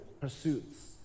pursuits